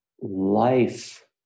Life